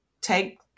take